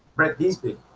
right this big